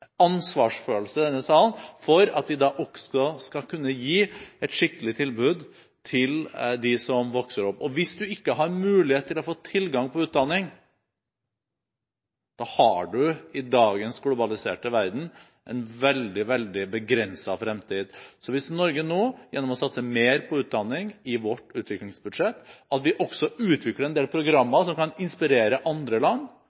skikkelig tilbud til dem som vokser opp. Hvis du ikke har mulighet til å få tilgang på utdanning, har du i dagens globaliserte verden en veldig, veldig begrenset fremtid. Så hvis Norge nå, gjennom å satse mer på utdanning i vårt utviklingsbudsjett, også utvikler en del programmer som kan inspirere andre land,